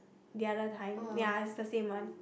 the other time ya it's the same one